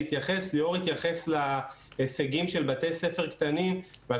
להתייחס ליאור התייחס להישגים של בתי ספר קטנים ועל